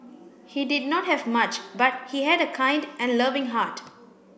he did not have much but he had a kind and loving heart